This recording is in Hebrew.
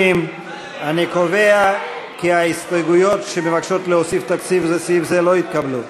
60. אני קובע כי ההסתייגויות שמבקשות להוסיף תקציב לסעיף זה לא התקבלו.